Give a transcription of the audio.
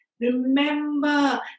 Remember